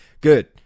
Good